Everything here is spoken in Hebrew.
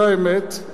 זאת האמת,